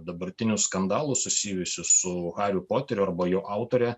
dabartinių skandalų susijusių su hariu poteriu arba jo autore